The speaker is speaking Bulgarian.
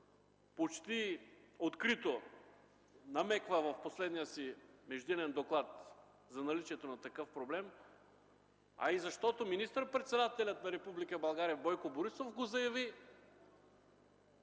почти открито намеква в последния си междинен доклад за наличието на такъв проблем, а и защото министър-председателят на Република България Бойко Борисов го заяви